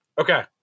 Okay